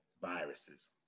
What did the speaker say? viruses